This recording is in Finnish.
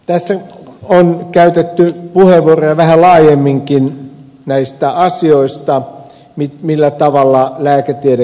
tässä on käytetty puheenvuoroja vähän laajemminkin näistä asioista siitä millä tavalla lääketiede kehittyy